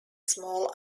small